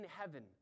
heaven